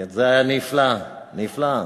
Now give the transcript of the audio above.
זה היה נפלא, נפלא.